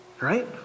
Right